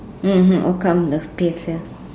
mm overcome the fear